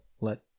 let